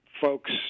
folks